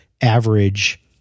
average